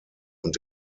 und